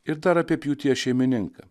ir dar apie pjūties šeimininką